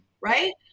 right